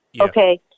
Okay